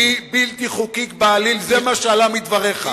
היא בלתי חוקית בעליל, זה מה שעלה מדבריך.